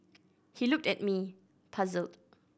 he looked at me puzzled